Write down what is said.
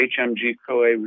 HMG-CoA